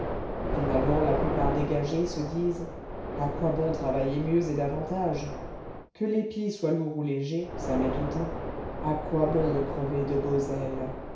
finalement la plupart des gagés se disent à quoi bon travailler mieux et davantage que l'épi soit lourd ou léger ça m'est tout un à quoi bon me crever de